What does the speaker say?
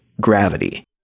Gravity